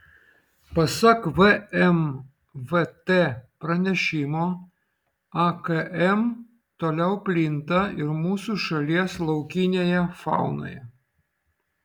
pasak vmvt pranešimo akm toliau plinta ir mūsų šalies laukinėje faunoje